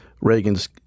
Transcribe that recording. Reagan's